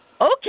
okay